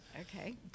Okay